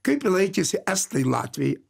kaip laikėsi estai latviai